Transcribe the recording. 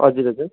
हजुर हजुर